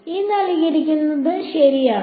ഇത് ശരിയാണ്